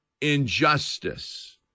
injustice